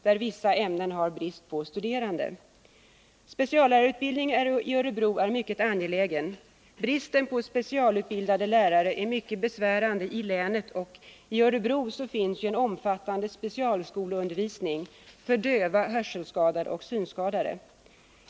I vissa ämnen råder där nämligen brist på studerande. Speciallärarutbildning i Örebro är mycket angelägen. Bristen på specialutbildade lärare i länet är mycket besvärande, och i Örebro finns en omfattande specialskoleundervisning för döva, hörselskadade och synskadade.